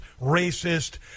racist